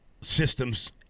systems